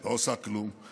לא עושה כלום.